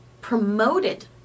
promoted